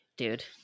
dude